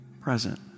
present